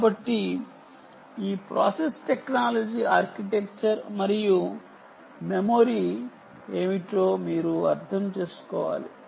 కాబట్టి ఈ process technology architecture మరియు మెమరీ ఏమిటో మీరు అర్థం చేసుకోవాలి